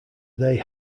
they